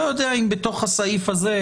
אני לא יודע אם בתוך הסעיף הזה,